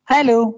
Hello